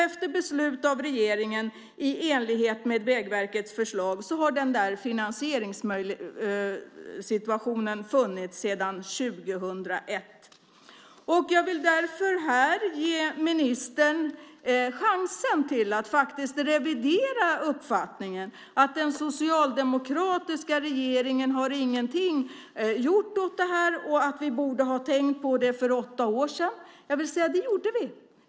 Efter beslut av regeringen i enlighet med Vägverkets förslag har finansieringssituationen funnits sedan 2001. Jag vill därför här ge ministern chansen till att revidera uppfattningen att den socialdemokratiska regeringen inte har gjort något åt detta och att vi borde ha tänkt på det för åtta år sedan. Det gjorde vi.